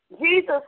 Jesus